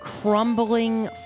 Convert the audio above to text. crumbling